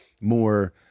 more